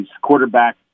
Quarterback